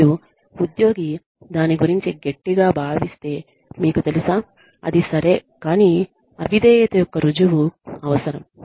మరియు ఉద్యోగి దాని గురించి గట్టిగా భావిస్తే మీకు తెలుసా అది సరే కానీ అవిధేయత యొక్క రుజువు అవసరం